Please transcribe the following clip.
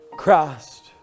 Christ